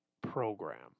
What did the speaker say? program